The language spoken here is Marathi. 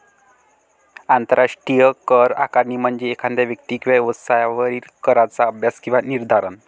आंतरराष्ट्रीय कर आकारणी म्हणजे एखाद्या व्यक्ती किंवा व्यवसायावरील कराचा अभ्यास किंवा निर्धारण